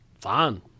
Fine